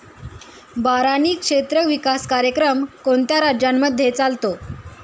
बारानी क्षेत्र विकास कार्यक्रम कोणत्या राज्यांमध्ये चालतो?